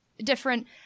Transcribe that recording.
Different